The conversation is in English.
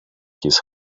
his